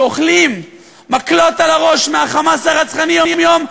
שאוכלים מקלות על הראש מה"חמאס" הרצחני יום-יום,